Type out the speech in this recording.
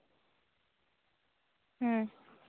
ᱦᱩᱸ